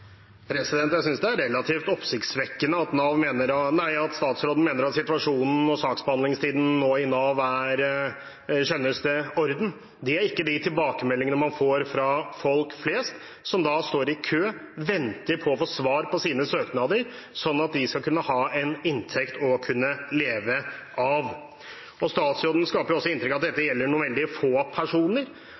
Jeg synes det er relativt oppsiktsvekkende at statsråden mener at situasjonen og saksbehandlingstiden i Nav nå er i skjønneste orden. Det er ikke de tilbakemeldingene man får fra folk flest som står i kø og venter på å få svar på sine søknader, sånn at de skal kunne ha en inntekt å leve av. Statsråden skaper et inntrykk av at dette gjelder noen veldig få personer,